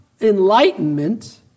enlightenment